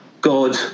God